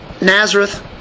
Nazareth